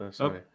Okay